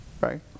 Right